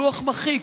לוח מחיק.